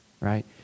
right